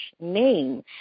name